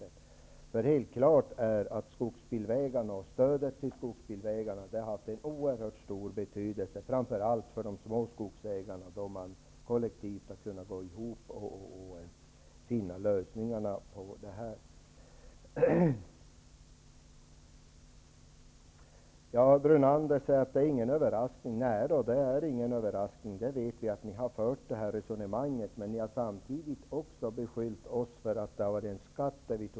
Det är helt klart att skogsbilvägarna och stödet till dem har haft oerhört stor betydelse, framför allt för de små skogsägarna. De har kollektivt kunnat gå ihop och finna lösningar. Lennart Brunander säger att det inte är någon överraskning. Nej, det är ingen överraskning. Vi vet att ni har fört det här resonemanget. Samtidigt har ni beskyllt oss för att ta ut en skatt.